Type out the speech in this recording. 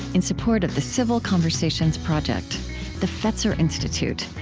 in support of the civil conversations project the fetzer institute,